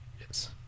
Yes